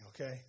okay